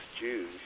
Jews